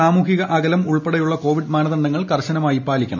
സാമൂഹിക അകലം ഉൾപ്പെടെയുള്ള കോവിഡ് മാനദണ്ഡങ്ങൾ കർശനമായി പാലിക്കണം